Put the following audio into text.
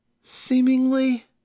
seemingly